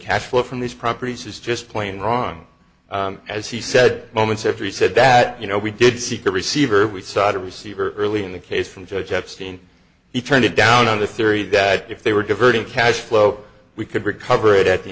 cash flow from these properties is just plain wrong as he said moments after he said that you know we did seek a receiver we sought a receiver early in the case from judge epstein he turned it down on the theory that if they were diverting cash flow we could recover it at the